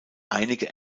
einige